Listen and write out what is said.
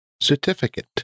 certificate